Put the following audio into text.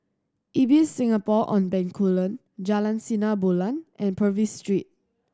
Ibis Singapore On Bencoolen Jalan Sinar Bulan and Purvis Street